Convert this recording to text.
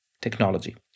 technology